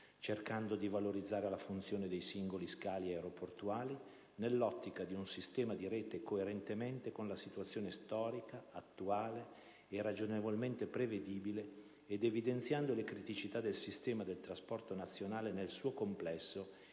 cercando di valorizzare la funzione dei singoli scali aeroportuali nell'ottica di un sistema di rete, coerentemente con la situazione storica, attuale e ragionevolmente prevedibile, ed evidenziando le criticità del sistema del trasporto nazionale nel suo complesso